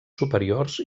superiors